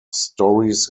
stories